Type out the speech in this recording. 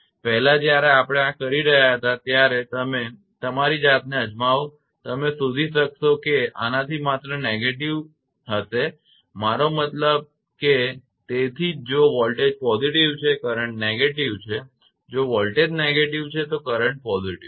પહેલાં જ્યારે આપણે આ કરી રહ્યા હતા ત્યારે તમે તમારી જાતને અજમાવો તમે શોધી શકશો તે આનાથી માત્ર negative હશે મારો મતલબ કે તેથી જ જો વોલ્ટેજ positive છે કરંટ negative છે જો વોલ્ટેજ negative છે કરંટ positive છે